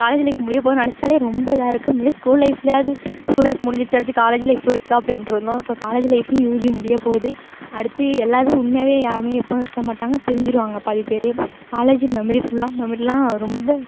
college life முடியப்போகுதுனு நெனைச்சாலே ரொம்ப இதாக இருக்குது முன்னாடி ஸ்கூல் லைஃப்லையாவது ஸ்கூல் லைஃப் முடிஞ்சிடுச்சி அடுத்து காலேஜ் லைஃப் இருக்குது அப்படின்ட்ருந்தோம் இப்போ காலேஜு லைஃபும் யூஜி முடியப்போகுது அடுத்து எல்லோரும் உண்மையாகவே யாரும் இப்போ உக்காந்திருக்க மாட்டாங்க பிரிஞ்சிடுவாங்க பாதி பேர் காலேஜு மெமரி ஃபுல்லாக மெமரிலாம் ரொம்ப